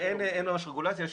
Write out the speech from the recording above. אין רגולציה.